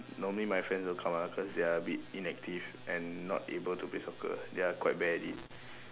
normally my friends will come ah they are a bit inactive and not able to play soccer they are quite bad at it